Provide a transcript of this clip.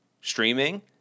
streaming